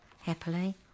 happily